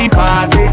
party